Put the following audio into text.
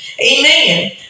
Amen